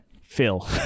Phil